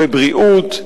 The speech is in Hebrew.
בבריאות,